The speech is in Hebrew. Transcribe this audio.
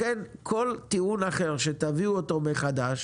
לכן כל טיעון אחר שתביאו אותו מחדש,